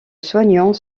soignant